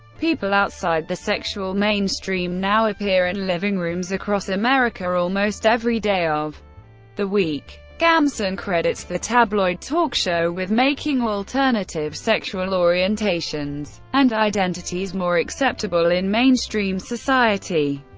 people outside the sexual mainstream now appear in living rooms across america almost every day of the week. gamson credits the tabloid talk show with making alternative sexual orientations and identities more acceptable in mainstream society.